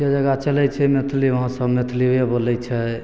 जै जगह चलय छै मैथिली वहाँ सब मैथिलीये बोलय छै